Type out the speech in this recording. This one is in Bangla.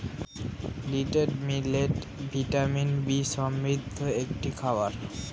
লিটল মিলেট ভিটামিন বি সমৃদ্ধ একটি খাবার